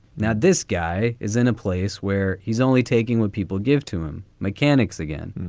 now, this guy is in a place where he's only taking when people give to him mechanics again.